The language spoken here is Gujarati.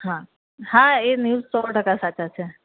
હા હા એ ન્યૂઝ સો ટકા સાચા છે